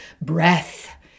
breath